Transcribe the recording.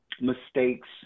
mistakes